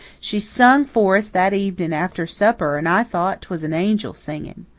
she sung for us that evening after supper and i thought twas an angel singing.